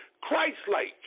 Christ-like